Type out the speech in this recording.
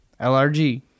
LRG